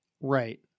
Right